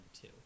two